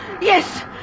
Yes